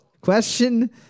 question